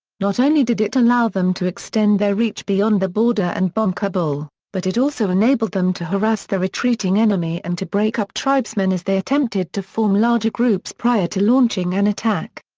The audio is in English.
not only did it allow them to extend their reach beyond the border and bomb kabul, but it also enabled them to harass the retreating enemy and to break up tribesmen as they attempted to form larger groups prior to launching an attack.